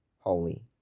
holy